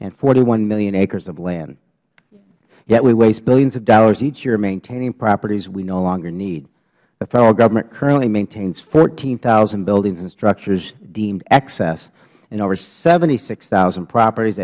and forty one million acres of land we waste billions of dollars each year maintaining properties we no longer need the federal government currently maintains fourteen thousand buildings and structures deemed excess and over seventy six thousand properties